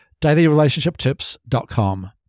dailyrelationshiptips.com